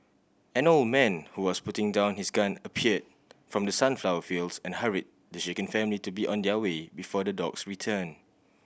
an old man who was putting down his gun appeared from the sunflower fields and hurried the shaken family to be on their way before the dogs return